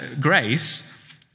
grace